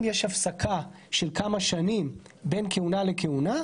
יש הפסקה של כמה שנים בין כהונה לכהונה,